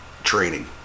training